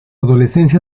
adolescencia